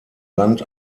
land